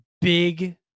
big